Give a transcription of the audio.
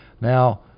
Now